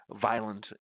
violent